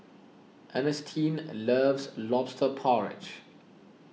Ernestine loves Lobster Porridge